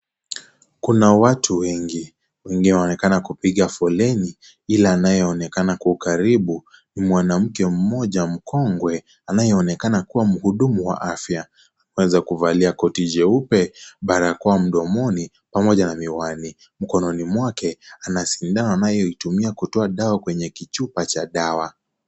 Kuna watu wengi. Wengi wanaoneka kupiga foleni, ila anayeonekana kwa ukaribu ni mwanamke mmoja mkongwe, anayeonekana kuwa mhudumu wa afya. Ameweza kuvalia koti jeupe, barakoa mdomoni, pamoja na miwani. Mkononi mwake, ana sindano anayoitumia kutoa dawa kwenye kichupa cha dawa.